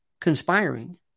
conspiring